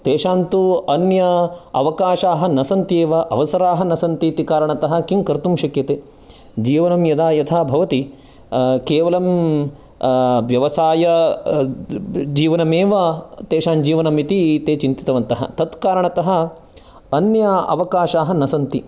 तेषां तु अन्य अवकाशाः न सन्ति एव अवसराः न सन्ति इति कारणतः किं कर्तुं शक्यते जीवनं यदा यथा भवति केवलं व्यवसाय जीवनमेव तेषां जीवनं इति ते चिन्तितवन्तः तत् कारणतः अन्य अवकाशाः न सन्ति